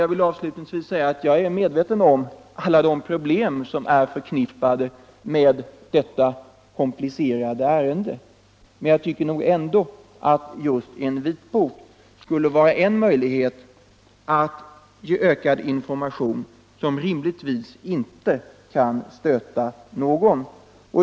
Jag vill avslutningsvis säga att jag är medveten om alla de problem som är förknippade med detta komplicerade ärende, men jag tycker nog ändå att just en vitbok skulle vara en möjlighet att ge ökad information, som rimligtvis inte kan stöta någon.